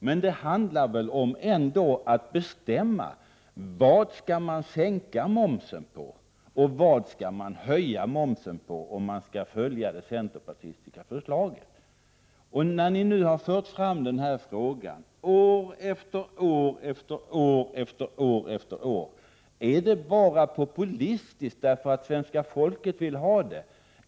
Men det handlar väl ändå om att bestämma för vilka varor man vill sänka momsen och för vilka man skall höja momsen, om man skall följa det centerpartistiska förslaget. När ni år efter år för fram denna fråga, är det då bara av populistiska skäl därför att svenska folket vill ha sänkt matmoms?